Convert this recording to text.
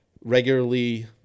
regularly